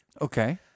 Okay